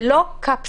זה לא קפסולות.